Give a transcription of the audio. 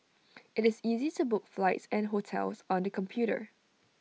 IT is easy to book flights and hotels on the computer